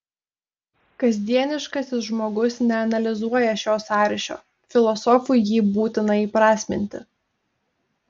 kasdieniškasis žmogus neanalizuoja šio sąryšio filosofui jį būtina įprasminti